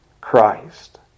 Christ